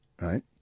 Right